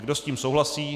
Kdo s tím souhlasí?